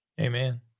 Amen